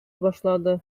башлады